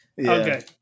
okay